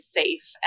safe